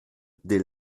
des